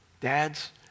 Dad's